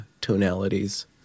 tonalities